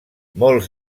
molts